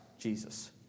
Jesus